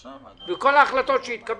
לא יצא כלום מכל ההחלטות שהתקבלו.